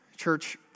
Church